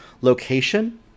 location